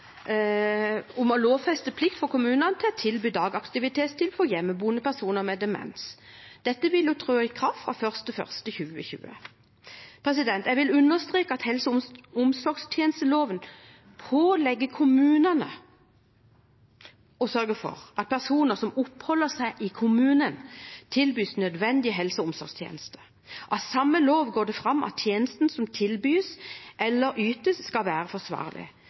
om å lovfeste en plikt for kommunene til å tilby dagaktivitetstilbud til hjemmeboende personer med demens. Dette vil tre i kraft fra 1. januar 2020. Jeg vil understreke at helse- og omsorgstjenesteloven pålegger kommunene å sørge for at personer som oppholder seg i kommunen, tilbys nødvendige helse- og omsorgstjenester. Av samme lov går det fram at tjenesten som tilbys eller ytes, skal være forsvarlig.